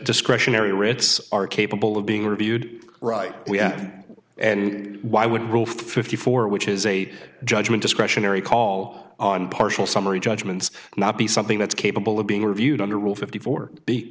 discretionary rants are capable of being reviewed right we had and why would rule fifty four dollars which is a judgment discretionary call on partial summary judgments not be something that's capable of being reviewed under rule fifty four